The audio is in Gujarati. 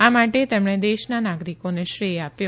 આ માટે તેમણે દેશના નાગરિકોને શ્રેય આપ્યો